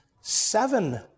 seven